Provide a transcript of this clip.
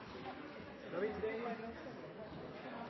da vi